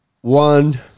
one